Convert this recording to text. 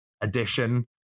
edition